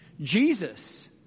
Jesus